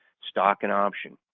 stock and option.